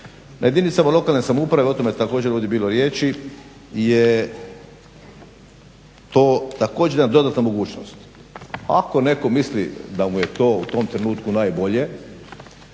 Na jedinicama lokalne samouprave o tome također je ovdje bilo riječi je to također jedna dodatna mogućnost. Ako netko misli da mu je to u tom trenutku najbolje,